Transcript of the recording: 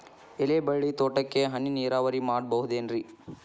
ಎಲೆಬಳ್ಳಿ ತೋಟಕ್ಕೆ ಹನಿ ನೇರಾವರಿ ಮಾಡಬಹುದೇನ್ ರಿ?